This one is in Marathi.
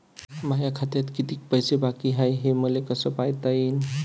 माया खात्यात किती पैसे बाकी हाय, हे मले कस पायता येईन?